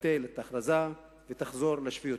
תבטל את ההכרזה ותחזור לשפיותה.